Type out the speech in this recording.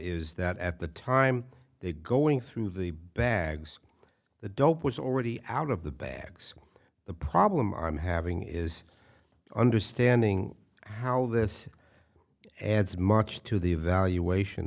is that at the time they going through the bags the dope was already out of the bags the problem i'm having is understanding how this adds much to the evaluation